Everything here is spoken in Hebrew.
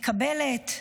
מקבלת,